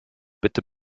bitte